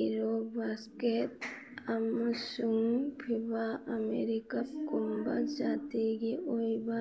ꯑꯦꯔꯣ basket ꯑꯃꯁꯨꯡ FIFA America ꯀꯞꯀꯨꯝꯕ ꯖꯥꯇꯤꯒꯤ ꯑꯣꯏꯕ